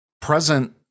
present